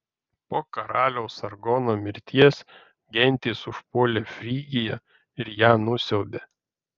po karaliaus sargono mirties gentys užpuolė frygiją ir ją nusiaubė